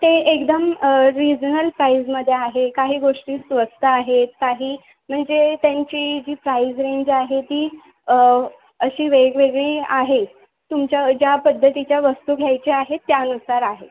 ते एकदम रीजनल प्राईजमध्ये आहे काही गोष्टी स्वस्त आहेत काही म्हणजे त्यांची जी प्राईज रेंज आहे ती अशी वेगवेगळी आहे तुमच्या ज्या पद्धतीच्या वस्तू घ्यायच्या आहेत त्यानुसार आहे